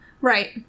Right